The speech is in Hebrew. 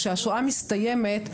כשהשואה מסתיימת,